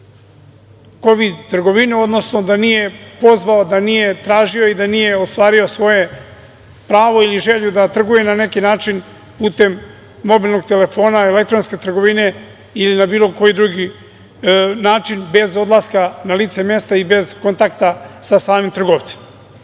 način kovid trgovinu, odnosno da nije pozvao, da nije tražio i da nije ostvario svoje pravo ili želju da trguje na neki način putem mobilnog telefona, elektronske trgovine ili na bilo koji drugi način bez odlaska na lice mesta i bez kontakta sa samim trgovcem. Da